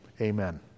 Amen